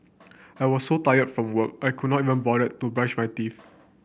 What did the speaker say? I was so tired from work I could not even bother to brush my teeth